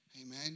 Amen